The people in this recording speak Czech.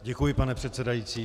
Děkuji, pane předsedající.